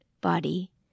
body